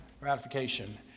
ratification